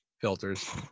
filters